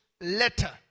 letter